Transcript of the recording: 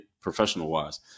professional-wise